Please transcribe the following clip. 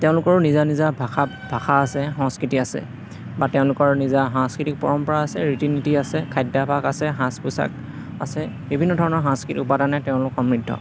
তেওঁলোকৰো নিজা নিজা ভাষা ভাষা আছে সংস্কৃতি আছে বা তেওঁলোকৰ নিজা সাংস্কৃতিক পৰম্পৰা আছে ৰীতি নীতি আছে খাদ্যাভাস আছে সাজ পোচাক আছে বিভিন্ন ধৰণৰ সাংস্কৃতিক উপাদানেৰে তেওঁলোক সমৃদ্ধ